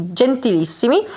gentilissimi